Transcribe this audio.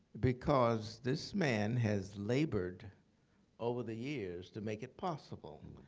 because this man has labored over the years to make it possible.